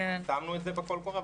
אנחנו לא פרסמנו את זה בקול קורא,